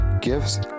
gifts